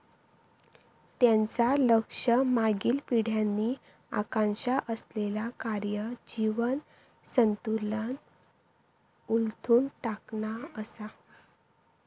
त्यांचा लक्ष मागील पिढ्यांनी आकांक्षा असलेला कार्य जीवन संतुलन उलथून टाकणा असा